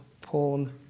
porn